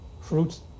fruits